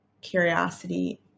curiosity